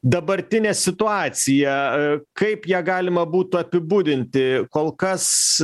dabartinė situacija kaip ją galima būtų apibūdinti kol kas